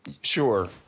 Sure